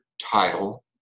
title